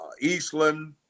Eastland